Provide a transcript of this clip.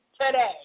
today